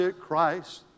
Christ